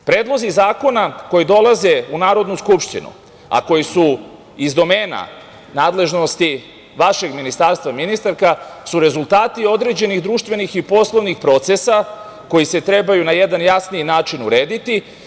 Predlozi zakona koji dolaze u Narodnu skupštinu, a koji su iz domena nadležnosti vašeg ministarstva, ministarka, su rezultati određenih društvenih i poslovnih procesa koji se trebaju na jedan jasniji način urediti.